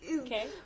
okay